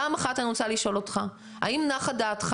פעם אחת אני רוצה לשאול אותך האם נחה דעתך